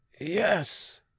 Yes